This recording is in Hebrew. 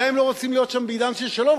גם אם לא רוצים להיות שם בעידן של שלום,